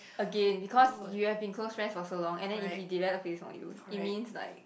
again because you have been close friend for so long and then if he debate the face on you it mean like